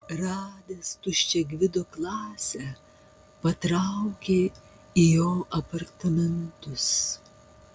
radęs tuščią gvido klasę patraukė į jo apartamentus